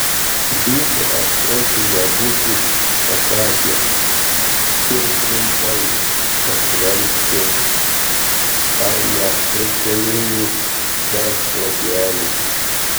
viso ąsočio nebūtų pakakę ir trumpai pasvarstė ar netrūktelėjus dar šlakelį